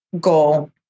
goal